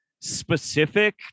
specific